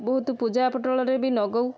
ବହୁତ ପୂଜା ପୋଟଳରେ ବି ନଗଉ